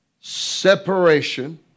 separation